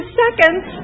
seconds